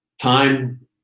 time